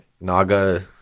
Naga